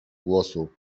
głosu